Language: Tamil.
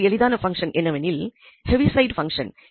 மற்றுமொரு எளிதான பங்சன் என்னவெனில் ஹெவிசைடு பங்சன்